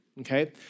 Okay